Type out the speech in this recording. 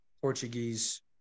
Portuguese